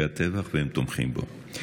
הטבח, ושהם תומכים בו.